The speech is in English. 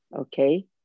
Okay